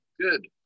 Good